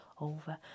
Over